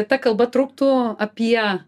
ta kalba truktų apie